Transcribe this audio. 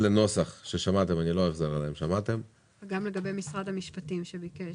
יש גם את העניין של משרד המשפטים שביקש